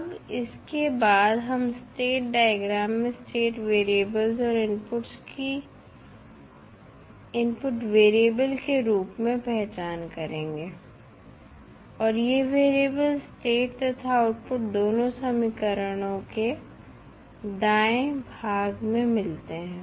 अब इसके बाद हम स्टेट डायग्राम में स्टेट वेरिएबल्स और इनपुट्स की इनपुट वेरिएबल के रूप में पहचान करेंगे और ये वेरिएबल्स स्टेट तथा आउटपुट दोनों समीकरणों के दाएं भाग में मिलते हैं